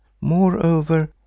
Moreover